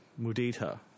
Mudita